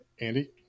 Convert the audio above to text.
Andy